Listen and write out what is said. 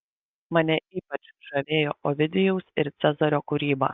mane ypač žavėjo ovidijaus ir cezario kūryba